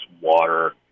water